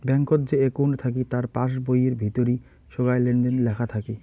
ব্যাঙ্কত যে একউন্ট থাকি তার পাস বইয়ির ভিতরি সোগায় লেনদেন লেখা থাকি